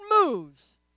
moves